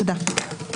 תודה.